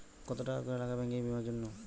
কত টাকা করে লাগে ব্যাঙ্কিং বিমার জন্য?